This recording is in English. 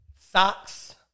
socks